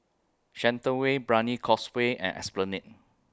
Shenton Way Brani Causeway and Esplanade